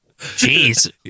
Jeez